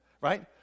right